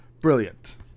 Brilliant